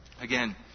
Again